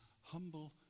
Humble